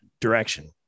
direction